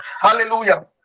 Hallelujah